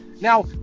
Now